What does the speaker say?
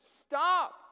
Stop